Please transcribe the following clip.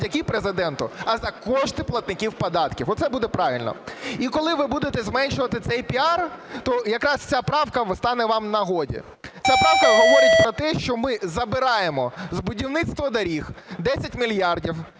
не завдяки Президенту, а за кошти платників податків, оце буде правильно. І коли ви будете зменшувати цей піар, то якраз ця правка стане вам в нагоді. Ця правка говорить про те, що ми забираємо з будівництва доріг 10 мільярдів,